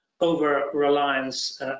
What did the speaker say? over-reliance